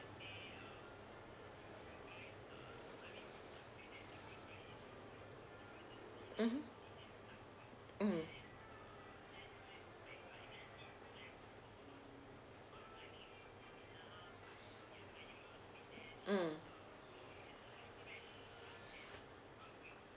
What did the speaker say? mmhmm mmhmm mm